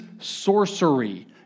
sorcery